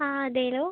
ആ അതെല്ലോ